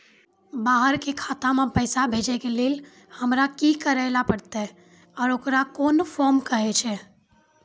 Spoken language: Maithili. बाहर के खाता मे पैसा भेजै के लेल हमरा की करै ला परतै आ ओकरा कुन फॉर्म कहैय छै?